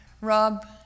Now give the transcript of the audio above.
Rob